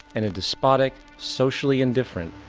and a despotic, socially indifferent,